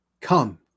come